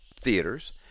theaters